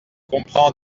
comprend